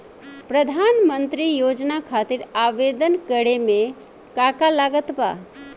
प्रधानमंत्री योजना खातिर आवेदन करे मे का का लागत बा?